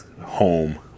home